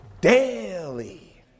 daily